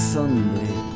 Sunday